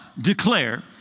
declare